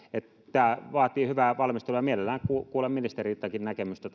tämä vaatii hyvää valmistelua ja mielelläni kuulen ministereiltäkin näkemystä